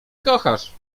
kochasz